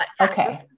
Okay